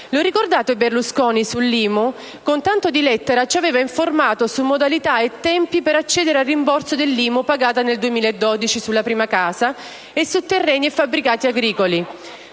Lo ricordate Berlusconi sull'IMU? Con tanto di lettera ci aveva informato su modalità e tempi per accedere al rimborso dell'IMU pagata nel 2012 sulla prima casa e su terreni e fabbricati agricoli.